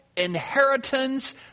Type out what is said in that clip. inheritance